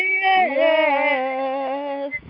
yes